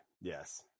Yes